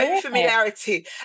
familiarity